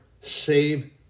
save